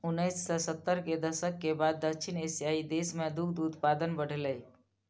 उन्नैस सय सत्तर के दशक के बाद दक्षिण एशियाइ देश मे दुग्ध उत्पादन बढ़लैए